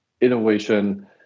innovation